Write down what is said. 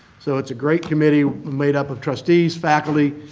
so it's a great committee made up of trustees, faculty,